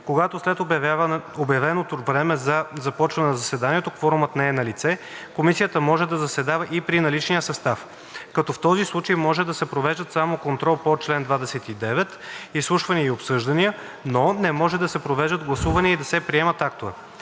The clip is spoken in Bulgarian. Когато след обявеното време за започване на заседанието кворумът не е налице, комисията може да заседава и при наличния състав, като в този случай може да се провеждат само контрол по чл. 29, изслушвания и обсъждания, но не може да се провеждат гласувания и да се приемат актове.